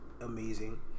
amazing